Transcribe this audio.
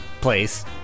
place